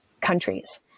countries